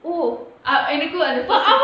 oh எனக்கு வந்து:enaku vanthu